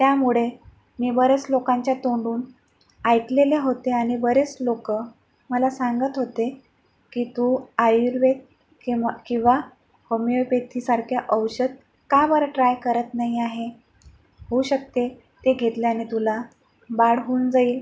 त्यामुळे मी बरेच लोकांच्या तोंडून ऐकलेल्या होत्या आणि बरेच लोक मला सांगत होते की तू आयुर्वेद किंवा किंवा होमिओपॅथीसारखे औषध का बरं ट्राय करत नाही आहे होऊ शकते ते घेतल्याने तुला बाळहोऊन जाईल